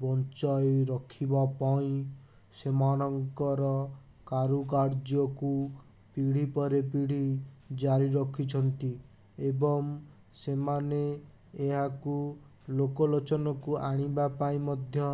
ବଞ୍ଚାଇ ରଖିବା ପାଇଁ ସେମାନଙ୍କର କାରୁକାର୍ଯ୍ୟକୁ ପିଢ଼ି ପରେ ପିଢ଼ି ଜାରିରଖିଛନ୍ତି ଏବଂ ସେମାନେ ଏହାକୁ ଲୋକ ଲୋଚନକୁ ଆଣିବା ପାଇଁ ମଧ୍ୟ